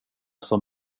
som